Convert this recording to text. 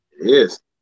Yes